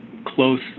Close